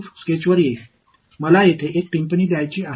ஒரு கருத்தை நான் இங்கே செய்ய விரும்புகிறேன்